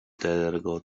tego